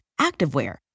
activewear